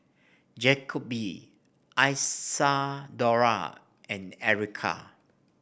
Jacoby Isadora and Erykah